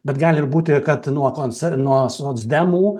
bet gali ir būti kad nuo konser nuo socdemų